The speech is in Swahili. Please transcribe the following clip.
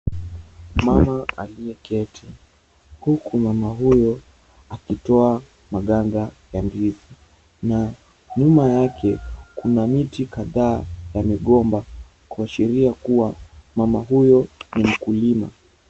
Mama aliyeketi huku mama huyo akitoa maganda ya ndizi na nyuma yake kuna miti kadhaa ya migomba kuashiria kuwa mama huyo ni mkulima.